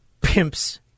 pimps